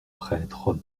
prêtre